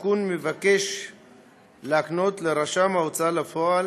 התיקון מבקש להקנות לרשם ההוצאה לפועל